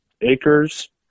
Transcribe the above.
acres